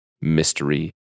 mystery